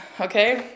okay